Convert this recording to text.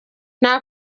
nta